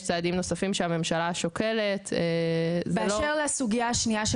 יש צעדים נוספים שהממשלה שוקלת --- באשר לסוגייה השנייה,